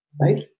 right